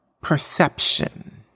perception